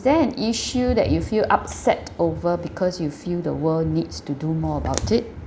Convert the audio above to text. there an issue that you feel upset over because you feel the world needs to do more about it